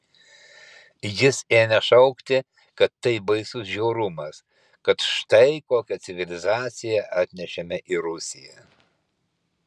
jis ėmė šaukti kad tai baisus žiaurumas kad štai kokią civilizaciją atnešėme į rusiją